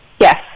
Yes